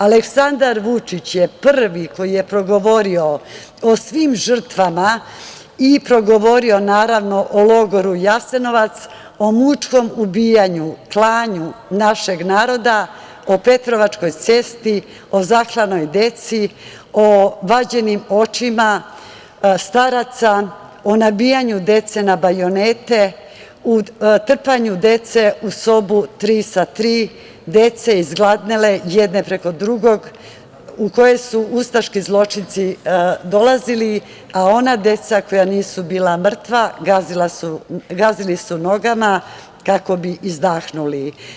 Aleksandar Vučić je prvi koji je progovorio o svim žrtvama i progovorio, naravno o logoru Jasenovac, o mučkom ubijanju, klanju našeg naroda, o „Petrovačkoj cesti“, o zaklanoj deci, o vađenim očima staraca, o nabijanju dece na bajonete, o trpanju dece u sobu tri sa tri, dece izgladnele jedne preko drugog, u kojoj su ustaški zločinci dolazili, a ona deca koja nisu bila mrtva gazili su nogama kako bi izdahnuli.